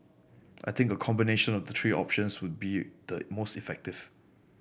I think a combination of the three options would be the most effective